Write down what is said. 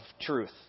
truth